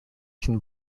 can